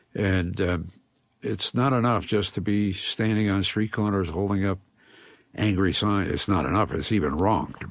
and it's not enough just to be standing on street corners holding up angry signs. it's not enough. it's even wrong to